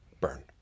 burn